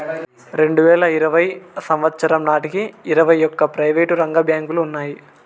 రెండువేల ఇరవై సంవచ్చరం నాటికి ఇరవై ఒక్క ప్రైవేటు రంగ బ్యాంకులు ఉన్నాయి